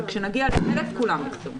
אבל כשנגיע ל-1,000 כולן יחזרו.